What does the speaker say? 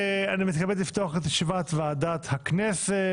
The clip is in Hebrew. אני מתכבד לפתוח את ישיבת ועדת הכנסת,